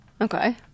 Okay